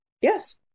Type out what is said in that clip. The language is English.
yes